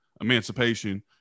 emancipation